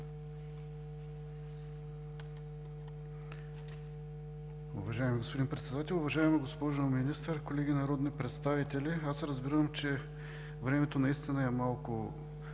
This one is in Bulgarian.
Уважаеми господин Председател, уважаема госпожо Министър, колеги народни представители! Аз разбирам, че времето наистина е малко,